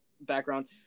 background